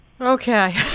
Okay